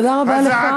תודה רבה לך.